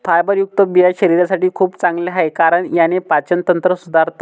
फायबरयुक्त बिया शरीरासाठी खूप चांगल्या आहे, कारण याने पाचन तंत्र सुधारतं